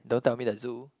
don't tell me the zoo